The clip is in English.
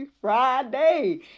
Friday